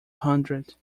hundred